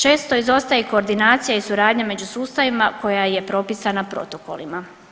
Često izostaje i koordinacija i suradnja među sustavima koja je propisana protokolima.